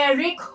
Eric